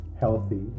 healthy